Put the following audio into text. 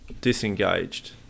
disengaged